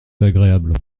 agréable